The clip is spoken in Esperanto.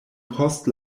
post